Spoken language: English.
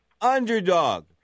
underdog